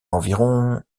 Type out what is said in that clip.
environ